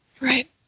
Right